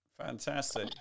Fantastic